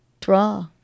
draw